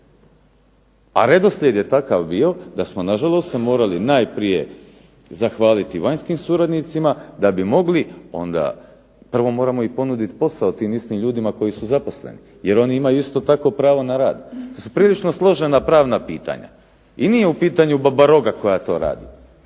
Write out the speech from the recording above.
A redoslijed je takav bio da smo na žalost se morali najprije zahvaliti vanjskim suradnicima da bi mogli onda, prvo moramo im ponuditi posao tim istim ljudima koji su zaposleni jer oni imaju isto tako pravo na rad. To su prilično složena pravna pitanja. I nije u pitanju baba roga koja to radi.